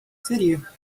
seria